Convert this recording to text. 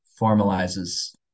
formalizes